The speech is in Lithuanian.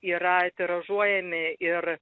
yra tiražuojami ir